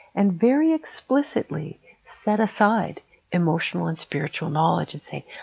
and very explicitly set aside emotional and spiritual knowledge and say,